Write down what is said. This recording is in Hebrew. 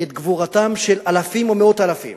את גבורתם של אלפים ומאות אלפים